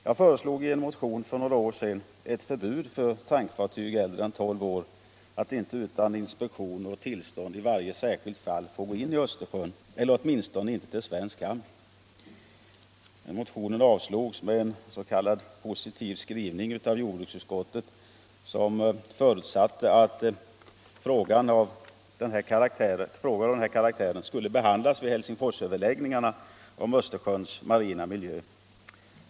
Jag föreslog i en motion för några år sedan ett förbud för tankfartyg äldre än tio år att utan inspektion och tillstånd i varje särskilt fall få gå in i Östersjön eller åtminstone i svensk hamn. Den motionen avslogs med en s.k. positiv skrivning av jordbruksutskottet, som förutsatte att frågor av den här karaktären skulle behandlas vid Helsingforsöverläggningarna om Östersjöns marina miljö.